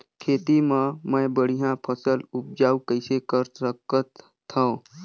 खेती म मै बढ़िया फसल उपजाऊ कइसे कर सकत थव?